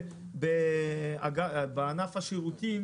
ובענף השירותים